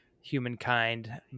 humankind